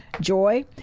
Joy